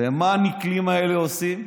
ומה הנקלים האלה עושים?